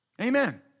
Amen